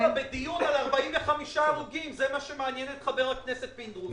בדיון על 45 הרוגים זה מה שמעניין את חבר הכנסת פינדרוס.